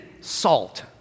salt